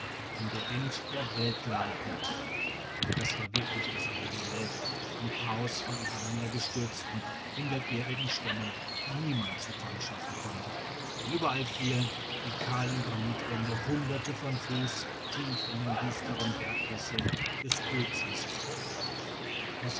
an der end der welt leiten das war wirklich das ende der welt ein chaos von übereinandergestürzten hundertjährigen stämmen die niemand zu tal schaffen konnte denn überall fielen die kahlen granitwände hunderte von fuß tief in den düsteren bergkessel des ödsees ab